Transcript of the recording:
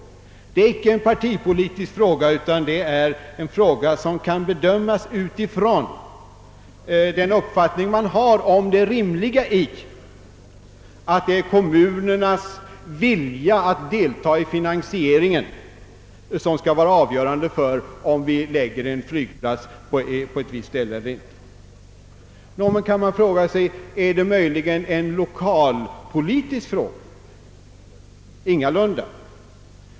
I denna fråga skall vi alltså inte ta ställning efter partitillhörighet utan i enlighet med vår uppfattning i frågan, huruvida kommunernas vilja att delta i finansieringen bör vara avgörande för om en flygplats skall förläggas till en viss plats eller inte. Då kan man fråga sig: Är det möjligen en lokalpolitisk fråga? Ingalunda!